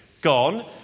gone